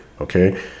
Okay